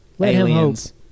Aliens